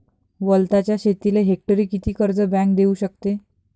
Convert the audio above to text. वलताच्या शेतीले हेक्टरी किती कर्ज बँक देऊ शकते?